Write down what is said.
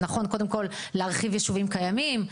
שנכון קודם כל להרחיב יישובים קיימים,